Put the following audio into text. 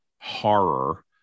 horror